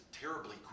terribly